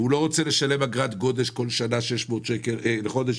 והוא לא רוצה לשלם אגרת גודש 600 שקל לחודש,